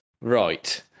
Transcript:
Right